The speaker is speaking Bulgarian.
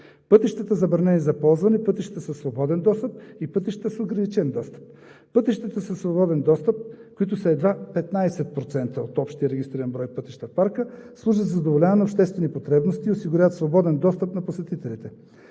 пътища, забранени за ползване; пътища със свободен достъп и пътища с ограничен достъп. Пътищата със свободен достъп, които са едва 15% от общия регистриран брой пътища в Парка, служат за задоволяване на обществени потребности, осигуряват свободен достъп до посетителите.